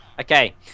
Okay